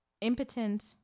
Impotent